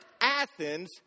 Athens